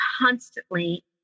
constantly